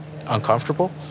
uncomfortable